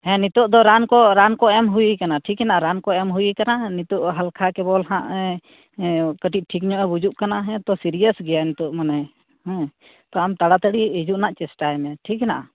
ᱦᱮᱸ ᱱᱤᱛᱳᱜ ᱫᱚ ᱨᱟᱱ ᱠᱚ ᱨᱟᱱ ᱠᱚ ᱮᱢ ᱦᱩᱭᱟᱠᱟᱱᱟ ᱴᱷᱤᱠ ᱦᱮᱱᱟᱜᱼᱟ ᱨᱟᱱ ᱠᱚ ᱮᱢ ᱦᱩᱭᱟᱠᱟᱱᱟ ᱱᱤᱛᱚᱜ ᱦᱟᱞᱠᱟ ᱠᱮᱵᱚᱞ ᱦᱟᱜ ᱮ ᱠᱟᱹᱴᱤᱡ ᱴᱷᱤᱠ ᱧᱚᱜ ᱮ ᱵᱩᱡᱩᱜ ᱠᱟᱱᱟ ᱦᱮᱛᱳ ᱥᱤᱨᱤᱭᱟᱹᱥ ᱜᱮᱭᱟᱭ ᱱᱚᱛᱳᱜ ᱢᱟᱱᱮ ᱦᱮᱸ ᱟᱢ ᱛᱟᱲᱟ ᱛᱟᱹᱲᱤ ᱦᱤᱡᱩᱜ ᱨᱮᱱᱟᱜ ᱪᱮᱥᱴᱟᱭ ᱢᱮ ᱴᱷᱤᱠ ᱦᱮᱱᱟᱜᱼᱟ